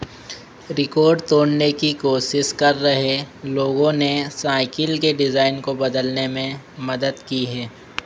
record तोड़ने की कोशिश कर रहे लोगों ने साइकिल के डिजाइन को बदलने में मदद की है